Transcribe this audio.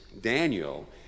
Daniel